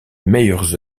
meilleures